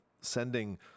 sending